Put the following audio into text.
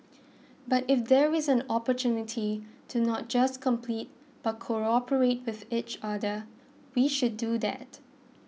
but if there is an opportunity to not just compete but cooperate with each other we should do that